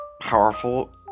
powerful